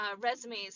resumes